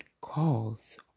calls